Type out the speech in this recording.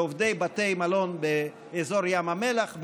לעובדי בתי המלון באזור ים המלח,